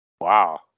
Wow